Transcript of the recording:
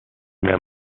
mehr